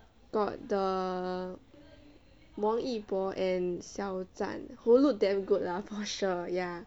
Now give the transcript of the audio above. got the 王一博 and 肖战 who look damn good lah for sure ya